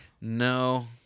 No